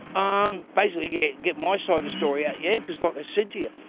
um basically, get get my side of the story out, yeah? cause like i said to you,